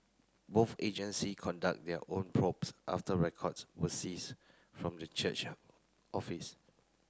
both agency conduct their own probes after records were seized from the church office